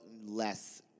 less